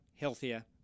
healthier